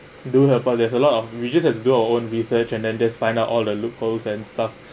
don't have uh there's a lot of we just have to do our own research and then just find out all the loopholes and stuff